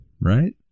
Right